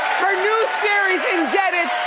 her new series indebted.